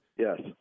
Yes